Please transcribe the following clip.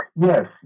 Yes